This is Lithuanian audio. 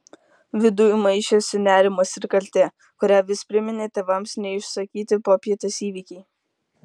viduj maišėsi nerimas ir kaltė kurią vis priminė tėvams neišsakyti popietės įvykiai